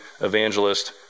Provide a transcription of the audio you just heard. evangelist